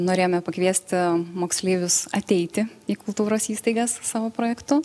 norėjome pakviesti moksleivius ateiti į kultūros įstaigas savo projektu